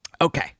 okay